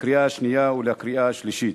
לקריאה השנייה ולקריאה השלישית.